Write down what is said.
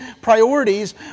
priorities